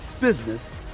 business